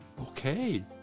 Okay